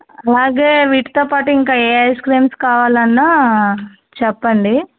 అలాగే వీటితోపాటు ఇంకా ఏ ఐస్క్రీమ్స్ కావాలన్నా చెప్పండి